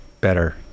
better